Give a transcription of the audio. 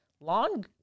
Long